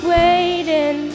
waiting